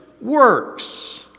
works